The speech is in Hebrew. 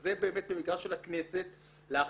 זה באמת --- של הכנסת להחליט.